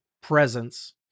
presence